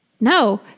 No